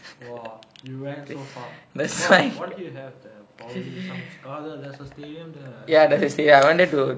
!wah! you went so far what what did you have there probably some schakaar there's a stadium there right